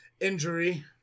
injury